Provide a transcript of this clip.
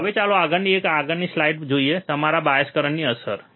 હવે ચાલો આગળની એક આગળની સ્લાઇડ પર જઈએ જે તમારા બાયસ કરંટની અસર છે